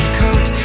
coat